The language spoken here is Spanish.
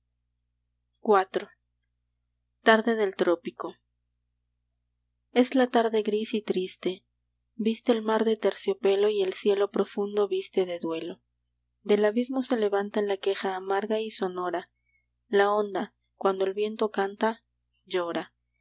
iv tarde del trópico es la tarde gris y triste viste el mar de terciopelo y el cielo profundo viste de duelo del abismo se levanta la queja amarga y sonora la onda cuando el viento canta llora